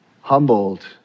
Humbled